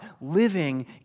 living